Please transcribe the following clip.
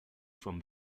from